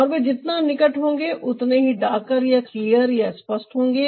और वे जितना निकट होंगे उतने ही डार्कर और क्लियर या स्पष्ट होंगे